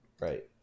Right